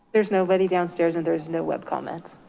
there's nobody downstairs and there's no web comments.